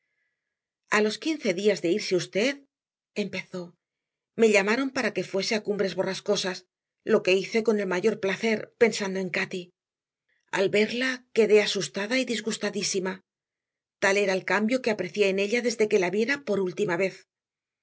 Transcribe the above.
los quince días de irse usted empezó me llamaron para que fuese a cumbres borrascosas lo que hice con el mayor placer pensando en cati al verla quedé asustada y disgustadísima tal era el cambio que aprecié en ella desde que la viera por última vez